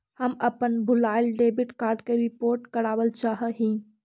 हम अपन भूलायल डेबिट कार्ड के रिपोर्ट करावल चाह ही